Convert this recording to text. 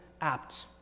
apt